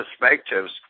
perspectives